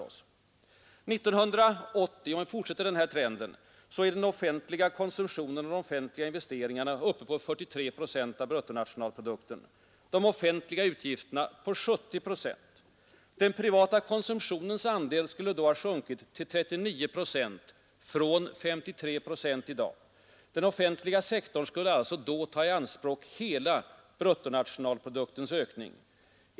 1980 — om den här trenden fortsätter — är den offentliga konsumtionen och de offentliga investeringarna uppe i 43 procent av bruttonationalprodukten. Den privata konsumtionens andel skulle då ha sjunkit till 39 procent från 53 procent i dag. Den offentliga sektorn skulle då ta i anspråk hela bruttonationalproduktens ökning.